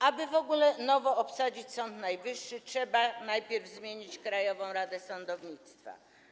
Aby w ogóle na nowo obsadzić Sąd Najwyższy, trzeba najpierw zmienić Krajową Radę Sądownictwa.